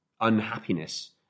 unhappiness